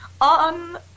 On